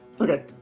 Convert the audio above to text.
Okay